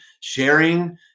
sharing